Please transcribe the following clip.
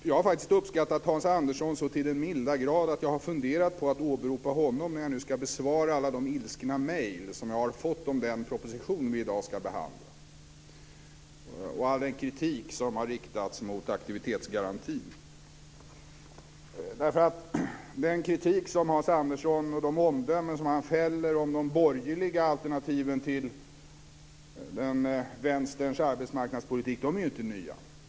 Jag har faktiskt uppskattat Hans Andersson så till den milda grad att jag har funderat på att åberopa honom när jag nu ska besvara alla de ilskna mejl som jag har fått om den proposition vi i dag ska behandla och all den kritik som har riktats mot aktivitetsgarantin. De kritiska omdömen som Hans Andersson fäller om de borgerliga alternativen till vänsterns arbetsmarknadspolitik är ju inte nya.